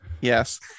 Yes